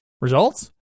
Results